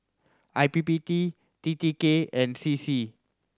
I P P T T T K and C C